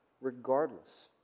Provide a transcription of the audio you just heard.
Regardless